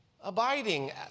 Abiding